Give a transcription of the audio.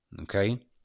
Okay